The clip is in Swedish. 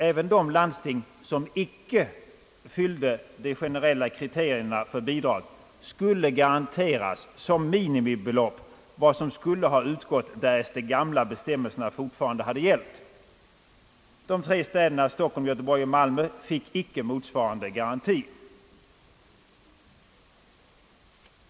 Även de landsting, som icke fyllde de generella kriterierna för bidrag, skulle som minimibelopp garanteras vad som utgått därest de gamla bestämmelserna fortfarande hade gällt. De tre städerna Stockholm, Göteborg och Malmö fick inte motsvarande garanti.